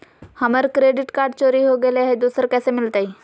हमर credit card चोरी हो गेलय हई, दुसर कैसे मिलतई?